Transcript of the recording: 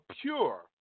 pure